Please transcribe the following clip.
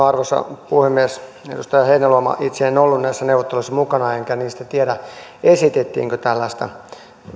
arvoisa puhemies edustaja heinäluoma itse en ollut näissä neuvotteluissa mukana enkä niistä tiedä esitettiinkö tällaista